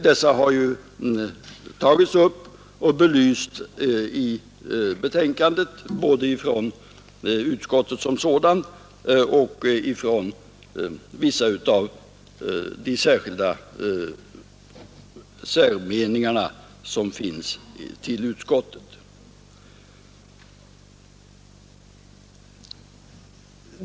De belyses i betänkandet både av utskottet som sådant och i de särmeningar som kommit till uttryck.